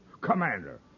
Commander